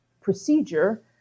procedure